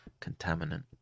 contaminant